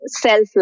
Self-love